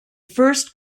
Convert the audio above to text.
first